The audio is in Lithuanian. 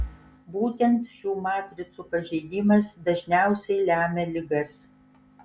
būtent šių matricų pažeidimas dažniausiai lemia ligas